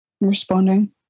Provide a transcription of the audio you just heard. responding